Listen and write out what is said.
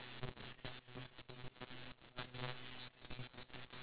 yup